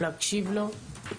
להקשיב לו,